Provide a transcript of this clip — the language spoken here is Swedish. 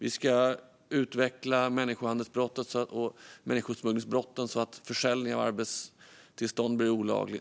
Vi ska utveckla lagen om människohandelsbrott och människosmugglingsbrott så att försäljning av arbetstillstånd blir olaglig.